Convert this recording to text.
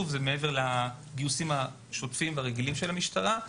זה מעבר לגיוסים השוטפים והרגילים של המשטרה.